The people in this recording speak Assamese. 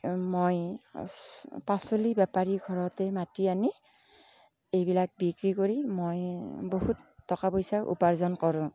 মই পাচলি বেপাৰী ঘৰতে মাতি আনি এইবিলাক বিক্ৰী কৰি মই বহুত টকা পইচা উপাৰ্জন কৰোঁ